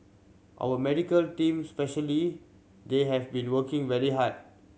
our medical teams especially they have been working very hard